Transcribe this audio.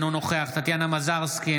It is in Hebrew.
אינו נוכח טטיאנה מזרסקי,